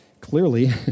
clearly